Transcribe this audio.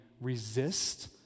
resist